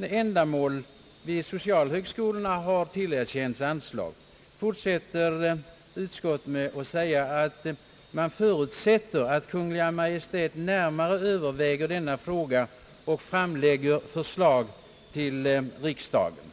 ändamål åt socialhögskolorna tillägger utskottet — och det vill jag uttala min tacksamhet för — att utskottet förutsätter att Kungl. Maj:t närmare överväger denna fråga och framlägger förslag till riksdagen.